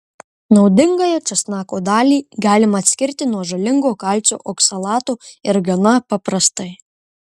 naudingąją česnako dalį galima atskirti nuo žalingo kalcio oksalato ir gana paprastai